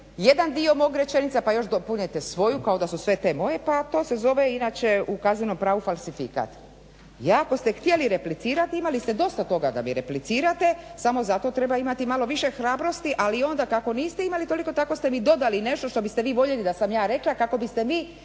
jedan dio moje rečenice, pa još dopunjujete svoju kao da su sve te moje. Pa to se zove inače u kaznenom pravu falsifikat. I ako ste htjeli replicirati imali ste dosta toga da mi replicirate samo za to treba imati malo više hrabrosti ali i onda kako niste imali toliko tako ste mi dodali nešto što biste vi voljeli da sam ja rekla kako biste vi